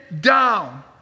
down